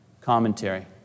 commentary